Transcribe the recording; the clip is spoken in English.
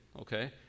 Okay